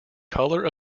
color